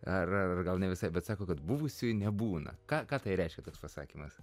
ar ar gal ne visai bet sako kad buvusiųjų nebūna ką ką tai reiškia toks pasakymas